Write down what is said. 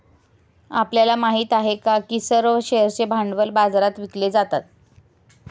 आपल्याला माहित आहे का की सर्व शेअर्सचे भांडवल बाजारात विकले जातात?